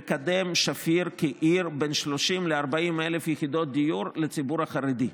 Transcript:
לקדם את שפיר כעיר בת 30,000 40,000 יחידות דיור לציבור החרדי.